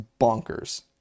bonkers